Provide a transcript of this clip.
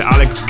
Alex